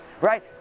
right